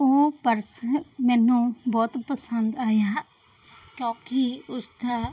ਉਹ ਪਰਸ ਮੈਨੂੰ ਬਹੁਤ ਪਸੰਦ ਆਇਆ ਕਿਉਂਕਿ ਉਸਦਾ